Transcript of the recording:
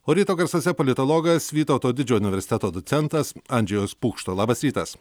o ryto garsuose politologas vytauto didžiojo universiteto docentas andžėjus pukšta labas rytas